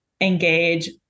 engage